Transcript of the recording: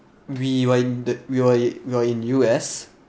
we were in the we were in the U_S